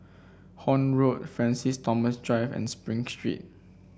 Horne Road Francis Thomas Drive and Spring Street